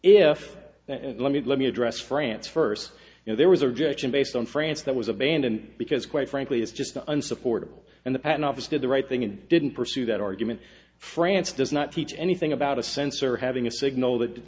if let me let me address france first there was a rejection based on france that was abandoned because quite frankly it's just unsupportable and the patent office did the right thing and didn't pursue that argument france does not teach anything about a sensor having a signal that